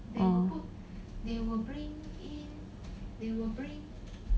oh